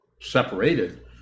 Separated